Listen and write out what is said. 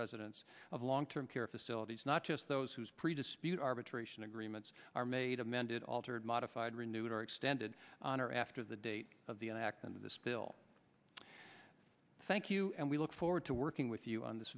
residents of long term care facilities not just those whose pre disposed arbitration agreements are made amended altered modified renewed or extended on or after the date of the act of the spill thank you and we look forward to working with you on this